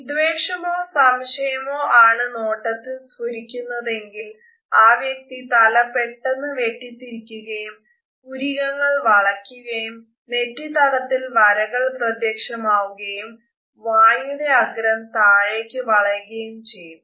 വിദ്വേഷമോ സംശയമോ ആണ് നോട്ടത്തിൽ സ്ഫുരിക്കുന്നതെങ്കിൽ ആ വ്യക്തി തല പെട്ടെന്ന് വെട്ടിത്തിരിക്കുകയും പുരികങ്ങൾ വളയുകയും നെറ്റിത്തടത്തിൽ വരകൾ പ്രത്യക്ഷമാവുകയും വായുടെ അഗ്രം താഴേക്കു വളയുകയും ചെയ്യും